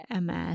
MS